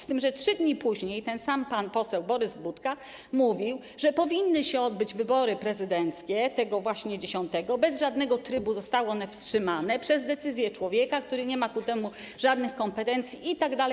Z tym że 3 dni później ten sam pan poseł Borys Budka mówił, że powinny się odbyć wybory prezydenckie, tego właśnie 10, bez żadnego trybu zostały one wstrzymane decyzją człowieka, który nie ma ku temu żadnych kompetencji itd.